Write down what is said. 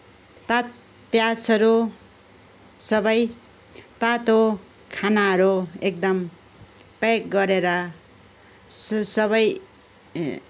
तात् प्याजहरू सबै तातो खानाहरू एकदम प्याक गरेर सु सबै ए